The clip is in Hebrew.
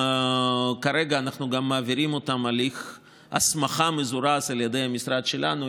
כרגע אנחנו גם מעבירים אותן הליך הסמכה מזורז על ידי המשרד שלנו,